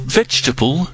vegetable